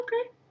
Okay